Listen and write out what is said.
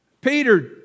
Peter